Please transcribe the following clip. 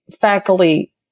faculty